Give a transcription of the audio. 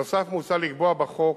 בנוסף, מוצע לקבוע בחוק